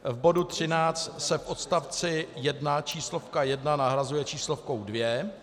V bodu 13 se v odstavci 1 číslovka 1 nahrazuje číslovkou 2.